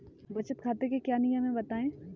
बचत खाते के क्या नियम हैं बताएँ?